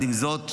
עם זאת,